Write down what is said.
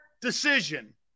decision